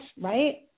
right